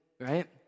right